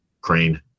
crane